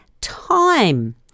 time